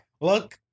Look